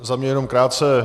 Za mě jenom krátce.